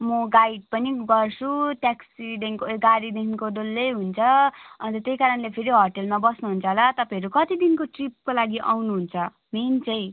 म गाइड पनि गर्छु ट्याक्सीदेखिको ए गाडीदेखिको डल्लै हुन्छ अन्त त्यही कारणले फेरि होटेलमा बस्नु हुन्छ होला तपाईँहरू कति दिनको ट्रिपको लागि आउनुहुन्छ मेन चाहिँ